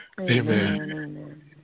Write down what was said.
Amen